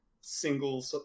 single